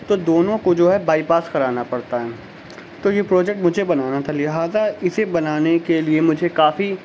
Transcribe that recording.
تو دونوں کو جو ہے بائی پاس کرانا پڑتا ہے تو یہ پروجیکٹ مجھے بنانا تھا لہٰذا اسے بنانے کے لیے مجھے کافی